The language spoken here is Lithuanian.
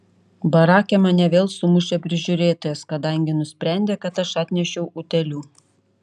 barake mane vėl sumušė prižiūrėtojas kadangi nusprendė kad aš atnešiau utėlių